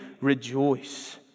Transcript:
rejoice